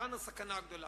כאן הסכנה הגדולה.